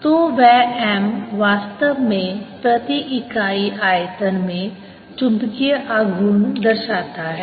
तो वह M वास्तव में प्रति इकाई आयतन में चुंबकीय आघूर्ण दर्शाता है